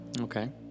Okay